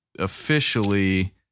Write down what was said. Officially